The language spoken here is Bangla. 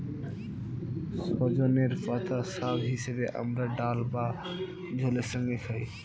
সজনের পাতা শাক হিসেবে আমরা ডাল বা ঝোলের সঙ্গে খাই